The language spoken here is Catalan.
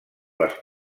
les